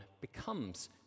becomes